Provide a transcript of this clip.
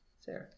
Sarah